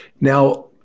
Now